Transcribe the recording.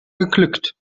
geglückt